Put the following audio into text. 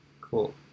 Cool